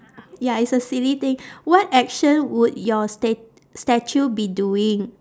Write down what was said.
ya it's a silly thing what action would your sta~ statue be doing